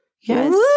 yes